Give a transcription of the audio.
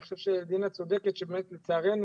אני חושב שדינה צודקת שבאמת לצערנו